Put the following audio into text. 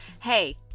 Hey